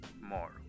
more